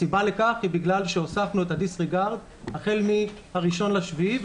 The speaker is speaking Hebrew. הסיבה לכך היא בגלל שהוספנו את ה-Disregard החל מה-1 ביולי.